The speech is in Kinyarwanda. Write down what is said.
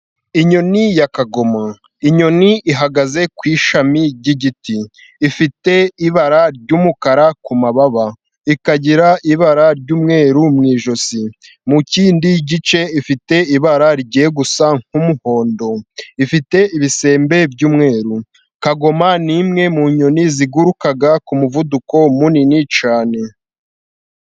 Inyoni ya kagoma. Inyoni ihagaze ku ishami ry'igiti. Ifite ibara ry'umukara ku mababa ikagira ibara ry'umweru mu ijosi ,mu kindi gice ifite ibara rigiye gusa nk'umuhondo. Ifite ibisembe by'umweru. Kagoma ni imwe mu nyoni ziguruka ku muvuduko munini cyane.